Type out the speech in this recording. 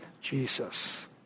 Jesus